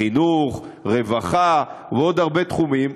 חינוך, רווחה ועוד הרבה תחומים.